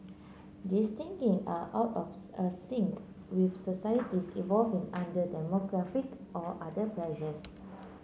these thinking are out of a sync with societies evolving under demographic or other pressures